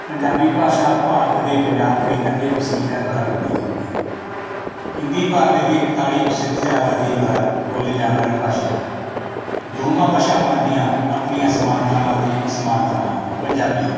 ਪੰਜਾਬੀ ਭਾਸ਼ਾ ਭਾਰਤ ਦੇ ਪੰਜਾਬ ਖੇਤਰ ਦੇ ਵਸਨੀਕਾਂ ਦੁਆਰਾ ਬੋਲੀ ਜਾਂਦੀ ਹੈ ਹਿੰਦੀ ਭਾਰਤ ਦੀ ਇੱਕਤਾਲੀ ਪ੍ਰਤੀਸ਼ਤ ਆਬਾਦੀ ਦੁਆਰਾ ਬੋਲੀ ਜਾਣ ਵਾਲੀ ਭਾਸ਼ਾ ਹੈ ਦੋਵਾਂ ਭਾਸ਼ਾਵਾਂ ਦੀਆਂ ਆਪਣੀਆਂ ਸਮਾਨਤਾਵਾਂ ਅਤੇ ਅਸਮਾਨਤਾ ਹਨ ਪੰਜਾਬੀ